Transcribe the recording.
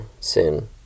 sin